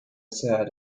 said